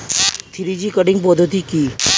Three G cutting পদ্ধতি কি?